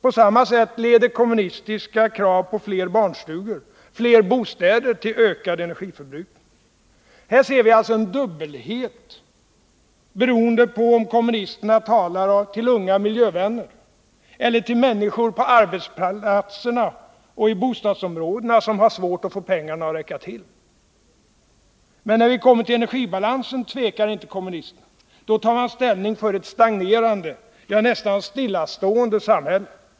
På samma sätt leder kommunistiska krav på fler barnstugor och fler bostäder till ökad energiförbrukning. Här ser vi alltså en dubbelhet, beroende på om kommunisterna talar till unga miljövänner eller till människor på arbetsplatserna och i bostadsområdena som har svårt att få pengarna att räcka till. Men när vi kommer till energibalansen tvekar inte kommunisterna. Då tar man ställning för ett stagnerande, ja nästan stillastående samhälle.